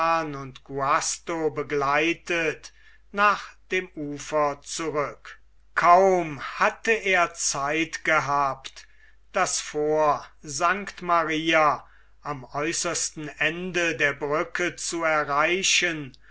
begleitet nach dem ufer zurück kaum hatte er zeit gehabt das fort st maria am äußersten ende der brücke zu erreichen